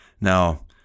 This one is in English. Now